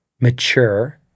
mature